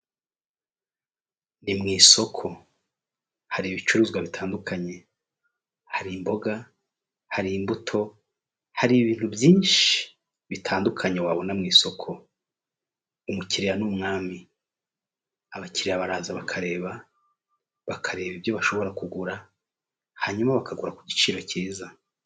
Ni mu isoko hari ibicuruzwa bitandukanye, hari imboga, hari imbuto, hari ibintu byinshi bitandukanye wabona mu isoko, umukiriya ni umwami, abakiriya baraza bakareba, bakareba ibyo bashobora kugura hanyuma bakagura ku giciro cyiza.